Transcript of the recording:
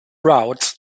routes